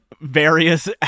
various